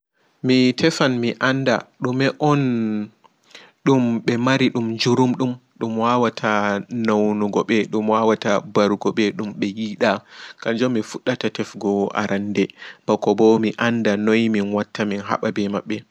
Mi tefan mi anda ɗume on ɗum ɓe mari ɗum jurumɗum ɗum wawata naunugo go ɗum wawata mbarugo ɓe ɗum ɓe yiɗa kanjum on mi fuɗɗata tefugo aranɗe